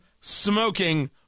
smoking